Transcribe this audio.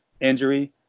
injury